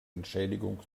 entschädigung